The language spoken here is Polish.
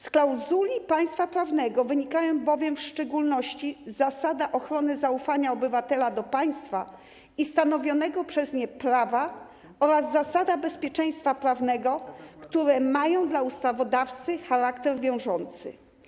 Z klauzuli państwa prawnego wynikają bowiem w szczególności zasada ochrony zaufania obywatela do państwa i stanowionego przez nie prawa oraz zasada bezpieczeństwa prawnego, które mają dla ustawodawcy charakter wiążący.